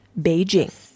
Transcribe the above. Beijing